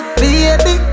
baby